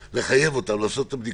לחייב אותם לעשות את הבדיקות,